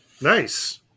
Nice